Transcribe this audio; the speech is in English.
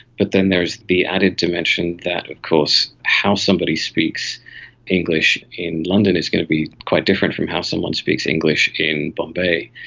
but then there's the added dimension that of course how somebody speaks english in london is going to be quite different from how someone speaks english in bombay.